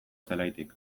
zelaitik